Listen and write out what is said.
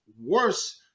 worse